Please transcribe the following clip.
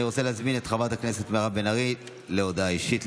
אני רוצה להזמין את חברת הכנסת מירב בן ארי להודעה אישית,